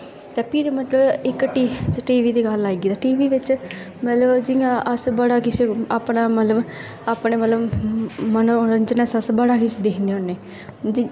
ते इक्क भी मतलब टीवी दी गल्ल आई ते टीवी बिच अस जियां अपना बड़ा किश अपने मनोरंजन आस्तै अस बड़ा किश दिक्खनै होने